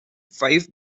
five